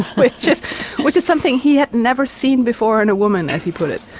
which which was something he had never seen before in a woman as he put it.